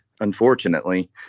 Unfortunately